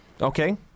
Okay